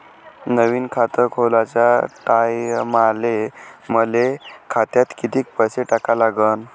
नवीन खात खोलाच्या टायमाले मले खात्यात कितीक पैसे टाका लागन?